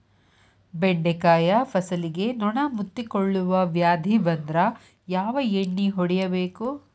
ಬೆಂಡೆಕಾಯ ಫಸಲಿಗೆ ನೊಣ ಮುತ್ತಿಕೊಳ್ಳುವ ವ್ಯಾಧಿ ಬಂದ್ರ ಯಾವ ಎಣ್ಣಿ ಹೊಡಿಯಬೇಕು?